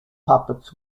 puppets